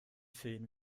füllen